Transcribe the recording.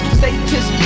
status